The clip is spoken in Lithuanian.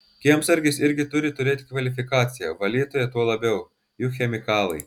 kiemsargis irgi turi turėti kvalifikaciją valytoja tuo labiau juk chemikalai